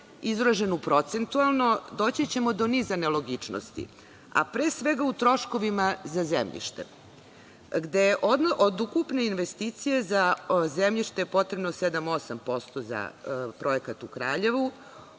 izraženu procentualno, doći ćemo do niza nelogičnosti, a pre svega u troškovima za zemljište, gde je od ukupne investicije za zemljište potrebno 7%, 8% za projekat u Kraljevu,